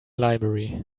library